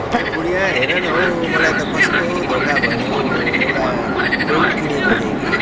ए बुढिया हेर न हौ मलाई त कस्तो धोका भयो नि हौ एउटा पेन्ट किनेको थिएँ कि